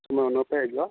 ᱥᱩᱢᱟᱹᱭ ᱱᱚᱛᱮᱡ ᱫᱚ